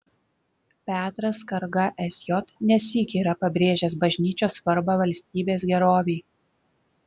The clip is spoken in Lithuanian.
petras skarga sj ne sykį yra pabrėžęs bažnyčios svarbą valstybės gerovei